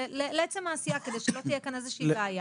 לעצם העשייה כדי שלא תהיה כאן איזושהי בעיה,